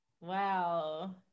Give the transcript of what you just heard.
wow